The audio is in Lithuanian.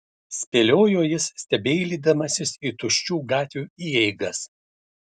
spėliojo jis stebeilydamasis į tuščių gatvių įeigas